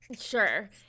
Sure